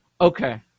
okay